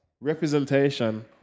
Representation